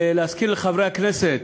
ולהזכיר לחברי הכנסת,